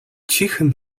cichym